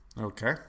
Okay